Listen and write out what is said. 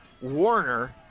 Warner